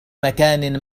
مكان